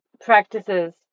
practices